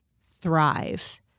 thrive